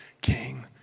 King